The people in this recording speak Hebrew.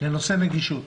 בנושא נגישות.